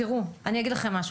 תראו, אני אגיד לכם משהו.